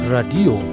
Radio